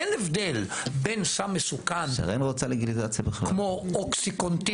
אין הבדל בין סם מסוכן כמו אוקסיקונטין,